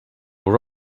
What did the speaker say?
were